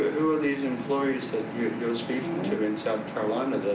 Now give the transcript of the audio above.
who are these employees that you're speaking to in south carolina that